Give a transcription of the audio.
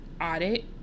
audit